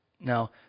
Now